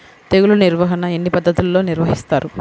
తెగులు నిర్వాహణ ఎన్ని పద్ధతులలో నిర్వహిస్తారు?